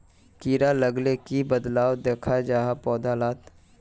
कीड़ा लगाले की बदलाव दखा जहा पौधा लात?